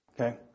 Okay